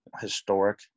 historic